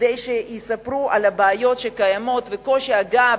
כדי שיספרו על הבעיות שקיימות ועל קושי ההגעה